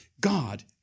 God